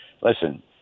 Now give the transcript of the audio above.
Listen